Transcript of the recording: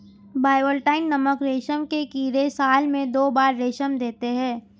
bivoltine नामक रेशम के कीड़े साल में दो बार रेशम देते है